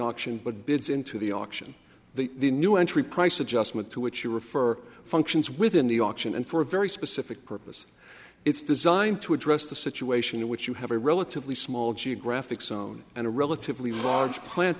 auction but bids into the auction the the new entry price adjustment to which you refer functions within the auction and for a very specific purpose it's designed to address the situation in which you have a relatively small geographic zone and a relatively large plant